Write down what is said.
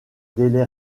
délai